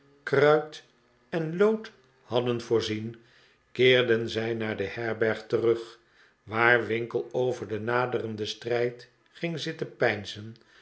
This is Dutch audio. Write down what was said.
kruit en lood hadden voorzien keerden zij naar de herberg terug waar winkle over den naderenden s'trijd ging zitten